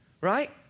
Right